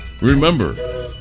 Remember